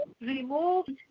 removed